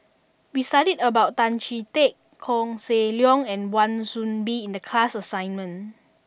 we studied about Tan Chee Teck Koh Seng Leong and Wan Soon Bee in the class assignment